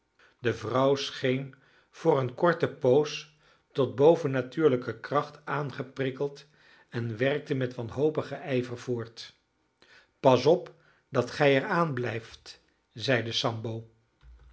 de vrouw scheen voor een korte poos tot bovennatuurlijke kracht aangeprikkeld en werkte met wanhopigen ijver voort pas op dat gij er aan blijft zeide sambo